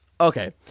okay